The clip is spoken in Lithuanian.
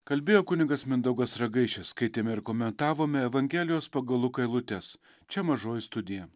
kalbėjo kunigas mindaugas ragaišis skaitėme ir komentavome evangelijos pagal luką eilutes čia mažoji studija